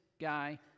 guy